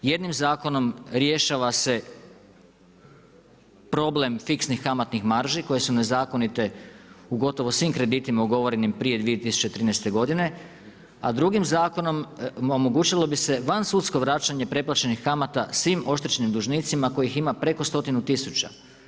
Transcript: Jednim zakonom rješava se problem fiksnih kamatnih marži koje su nezakonite u gotovo svim kreditima ugovorenim prije 2013. godine, a drugim zakonom omogućilo bi se vansudsko vraćanje preplaćenih kamata svim oštećenim dužnicima kojih ima preko stotinu tisuća.